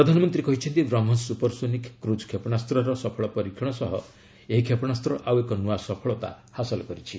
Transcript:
ପ୍ରଧାନମନ୍ତ୍ରୀ କହିଛନ୍ତି BrahMos supersonic cruise କ୍ଷେପଶାସ୍ତ୍ର ସଫଳ ପରୀକ୍ଷଣ ସହ ଏହି କ୍ଷେପଣାସ୍ତ ଆଉ ଏକ ନୂଆ ସଫଳତା ହାସଲ କରିଛି